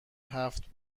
هفت